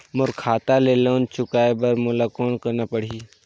मोर खाता ले लोन चुकाय बर मोला कौन करना पड़ही?